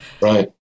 right